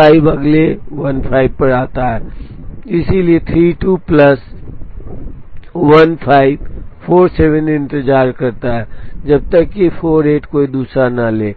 J5 अगले 15 पर आता है इसलिए 32 प्लस 1547 इंतजार करता है जब तक कि 48 कोई दूसरा न ले ले